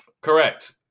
Correct